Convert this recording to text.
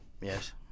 Yes